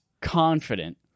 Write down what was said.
confident